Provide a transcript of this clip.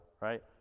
right